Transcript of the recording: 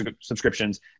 subscriptions